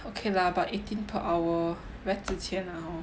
okay lah but eighteen per hour very 值钱了